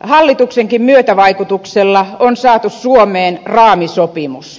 hallituksenkin myötävaikutuksella on saatu suomeen raamisopimus